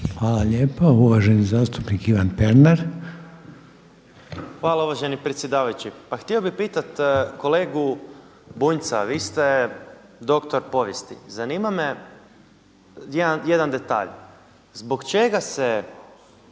Hvala lijepa. Uvaženi zastupnik Ivan Pernar. **Pernar, Ivan (Živi zid)** Hvala uvaženi predsjedavajući. Pa htio bih pitati kolegu Bunjca, vi ste doktor povijesti. Zanima me jedan detalj, zbog čega se